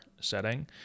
setting